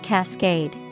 Cascade